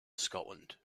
scotland